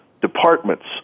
departments